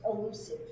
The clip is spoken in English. elusive